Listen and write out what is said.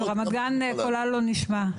נכון רמת גן קולה לא נשמע,